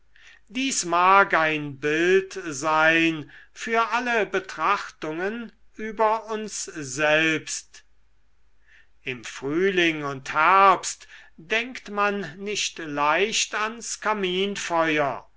dies mag ein bild sein für alle betrachtungen über uns selbst im frühling und herbst denkt man nicht leicht ans kaminfeuer